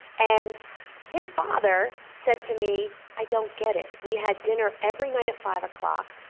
and his father said to me, i don't get it. we had dinner every night at five o'clock,